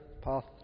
path